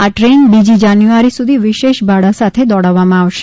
આ ટ્રેન બીજી જાન્યુઆરી સુધી વિશેષ ભાડા સાથે દોડાવવામાં આવશે